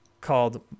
called